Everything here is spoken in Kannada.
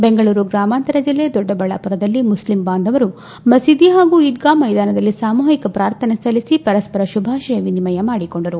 ಬೆಂಗಳೂರು ಗ್ರಾಮಾಂತರ ಜಿಲ್ಲೆ ದೊಡ್ಡಬಳ್ಳಾಪುರದಲ್ಲಿ ಮುಸ್ಲಿಂ ಬಾಂಧವರು ಮಸೀದಿ ಹಾಗೂ ಈದ್ಗಾ ಮೈದಾನದಲ್ಲಿ ಸಾಮೂಹಿಕ ಪ್ರಾರ್ಥನೆ ಸಲ್ಲಿಸಿ ಪರಸ್ಪರ ಶುಭಾಶಯ ವಿನಿಮಯ ಮಾಡಿಕೊಂಡರು